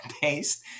taste